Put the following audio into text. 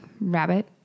rabbit